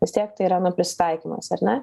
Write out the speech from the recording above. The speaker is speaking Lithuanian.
vis tiek tai yra nu prisitaikymas ar ne